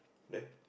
there